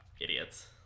Idiots